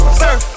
surf